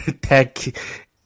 tech